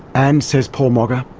and, says paul moggach,